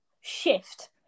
shift